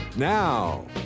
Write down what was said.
Now